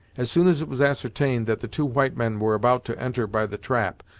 as soon as it was ascertained that the two white men were about to enter by the trap,